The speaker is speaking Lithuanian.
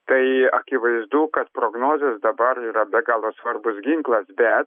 tai akivaizdu kad prognozės dabar yra be galo svarbus ginklas bet